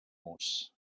muss